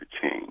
change